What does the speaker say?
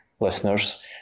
listeners